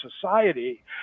society